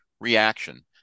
reaction